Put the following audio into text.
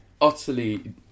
utterly